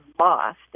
lost